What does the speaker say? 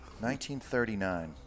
1939